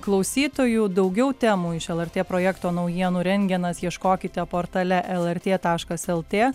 klausytojų daugiau temų iš lrt projekto naujienų rengenas ieškokite portale lrt taškas lt